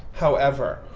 however,